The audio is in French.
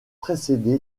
précédé